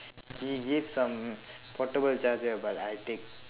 he give some portable charger but I take